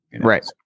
Right